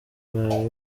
bawe